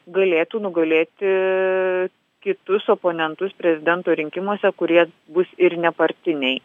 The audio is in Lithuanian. galėtų nugalėti kitus oponentus prezidento rinkimuose kurie bus ir nepartiniai